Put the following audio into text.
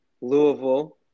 Louisville